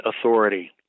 authority